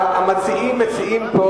המציעים מציעים פה